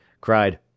cried